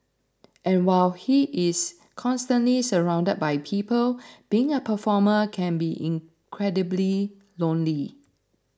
and while he is constantly surrounded by people being a performer can be incredibly lonely